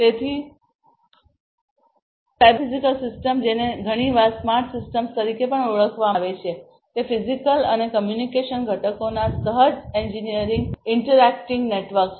તેથી cyber physical system જેને ઘણીવાર સ્માર્ટ સિસ્ટમ્સ તરીકે પણ ઓળખવામાં આવે છે તે ફિઝિકલ અને કોમ્પ્યુટેશનલ ઘટકોના સહ એન્જિનિયરિંગ ઇન્ટરેક્ટિંગ નેટવર્ક છે